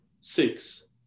six